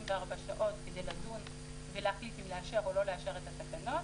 שעות כדי לדון ולהחליט אם לאשר או לא לאשר את התקנות.